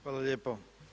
Hvala lijepo.